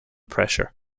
pressure